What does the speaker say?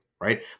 right